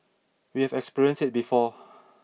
we have experienced it before